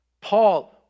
Paul